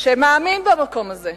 שמאמין במקום הזה,